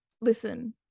listen